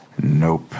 Nope